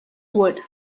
wood